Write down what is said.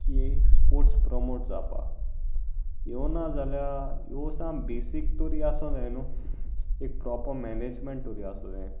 की sports promote जावपा ह्यो ना जाल्या ह्यो साम बेसीक तरी आसूं जाय न्हू एक प्रोपर मॅनेजमेंट तरी आसूं जं